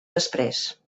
després